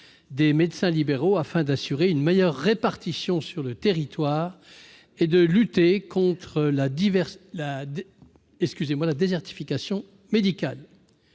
des médecins libéraux, afin d'assurer une meilleure répartition sur le territoire et de lutter contre la désertification médicale.